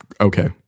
Okay